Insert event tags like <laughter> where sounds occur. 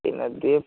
<unintelligible>